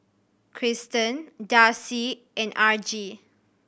Christen Darcie and Argie